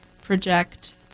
project